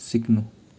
सिक्नु